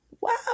wow